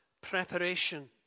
preparation